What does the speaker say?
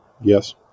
yes